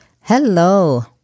Hello